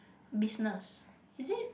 business is it